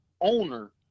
owner